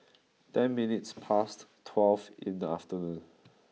ten minutes past twelve in the afternoon